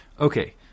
Okay